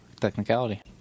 Technicality